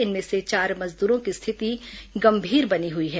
इनमें से चार मजदूरों की स्थिति गंभीर बनी हुई है